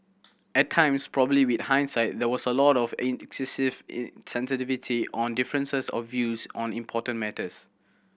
at times probably with hindsight there was a lot of excessive in sensitivity on differences of views on important matters